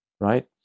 right